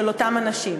של אותם אנשים.